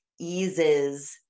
eases